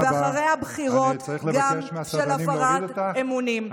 ואחרי הבחירות, גם של הפרת אמונים.